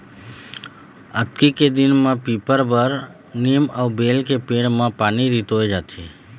अक्ती के दिन म पीपर, बर, नीम अउ बेल के पेड़ म पानी रितोय जाथे